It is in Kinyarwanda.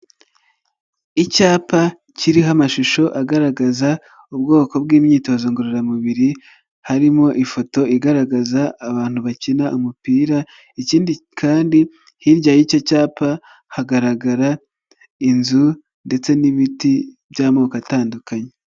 Icyapa kiriho amashusho agaragaza ubwoko bw'imyitozo ngororamubiri harimo ifoto igaragaza abantu bakina umupira ikindi kandi hirya y'icyo cyapa hagaragara inzu ndetse n'ibiti by'amoko atandukanye.